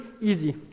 easy